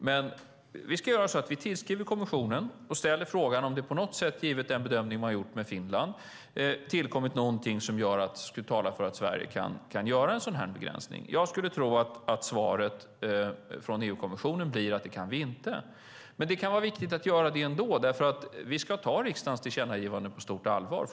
Vi ska dock göra så att vi tillskriver kommissionen och ställer frågan om det på något sätt, givet den bedömning som har gjorts när det gäller Finland, tillkommit någonting som talar för att Sverige kan göra en sådan begränsning. Jag skulle tro att svaret från EU-kommissionen blir att vi inte kan det. Det kan dock vara viktigt att göra det ändå, för vi ska ta riksdagens tillkännagivanden på stort allvar.